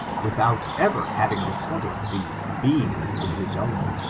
without ever hav ing discovered the beam in his own.